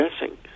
guessing